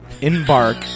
Embark